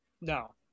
No